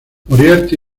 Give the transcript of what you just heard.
moriarty